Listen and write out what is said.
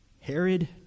Herod